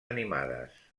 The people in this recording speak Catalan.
animades